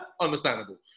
Understandable